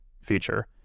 feature